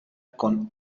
con